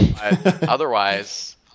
Otherwise